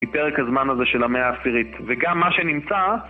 מפרק הזמן הזה של המאה העשירית. וגם מה שנמצא